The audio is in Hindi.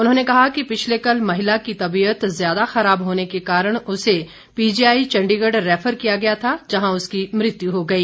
उन्होंने कहा कि पिछले कल महिला की तबीयत ज्यादा खराब होने के कारण उसे पीजीआई चण्डीगढ़ रैफर किया गया था जहां उसकी मृत्यु हो गई